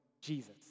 Jesus